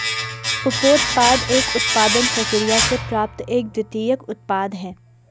उपोत्पाद एक उत्पादन प्रक्रिया से प्राप्त एक द्वितीयक उत्पाद है